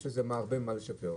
יש הרבה מה לשפר.